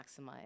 maximize